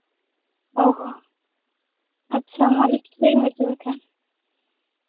ᱚᱸᱻ ᱦᱚᱸ ᱟᱪᱪᱷᱟ ᱢᱟᱹᱞᱤᱠ ᱞᱟᱹᱭᱢᱮ ᱪᱮᱫ ᱞᱮᱠᱟ